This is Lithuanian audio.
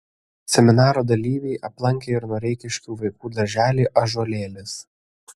seminaro dalyviai aplankė ir noreikiškių vaikų darželį ąžuolėlis